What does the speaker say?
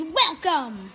welcome